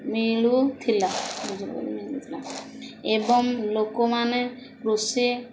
ମିଳୁଥିଲା ବିଜୁଳି ମିଳୁଥିଲା ଏବଂ ଲୋକମାନେ କୃଷି